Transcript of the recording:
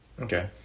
Okay